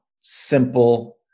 simple